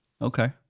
Okay